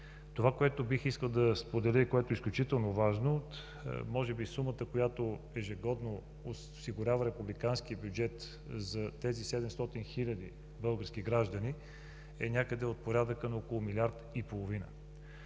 Това, което бих искал да споделя и което е изключително важно, може би сумата, която ежегодно осигурява републиканският бюджет за тези 700 хиляди български граждани, е някъде от порядъка на около милиард